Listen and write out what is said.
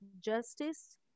justice